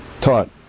taught